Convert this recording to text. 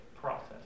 process